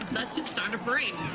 let's just start a parade.